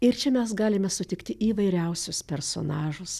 ir čia mes galime sutikti įvairiausius personažus